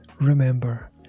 remember